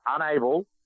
unable